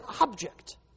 object